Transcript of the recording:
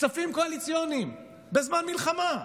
כספים קואליציוניים, בזמן מלחמה.